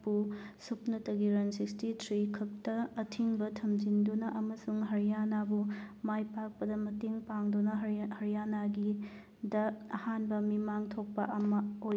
ꯄꯨ ꯁꯨꯞꯅꯇꯒꯤ run sixty three ꯈꯛꯇ ꯑꯊꯤꯡꯕ ꯊꯝꯖꯤꯟꯗꯨꯅ ꯑꯃꯁꯨꯡ ꯍꯔꯤꯌꯥꯅꯥꯕꯨ ꯃꯥꯏ ꯄꯥꯛꯄꯗ ꯃꯇꯦꯡ ꯄꯥꯡꯗꯨꯅ ꯍꯔꯤꯌꯥꯅꯥꯒꯤ ꯗ ꯑꯍꯥꯟꯕ ꯃꯤꯃꯥꯡ ꯊꯣꯛꯄ ꯑꯃ ꯑꯣꯏ